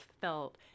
felt